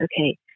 okay